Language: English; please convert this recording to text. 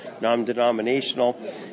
non-denominational